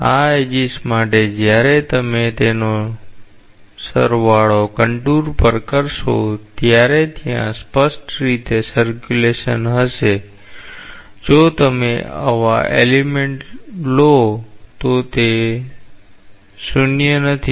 આ ઍડ્જીસ માટે જ્યારે તમે તેનો સરવાળો કન્ટુર પર કરશો ત્યારે ત્યાં અને સ્પષ્ટ રીતે પરિભ્રમણ હશે જો તમે આવા તત્વ લો તો તે 0 નથી